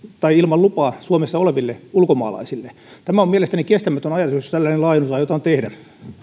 tai ilman lupaa suomessa oleville ulkomaalaisille tämä on mielestäni kestämätön ajatus jos tällainen laajennus aiotaan tehdä